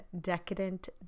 decadent